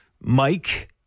Mike